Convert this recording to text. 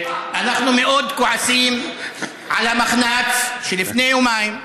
אנחנו מאוד כועסים על המחנ"צ, שלפני יומיים,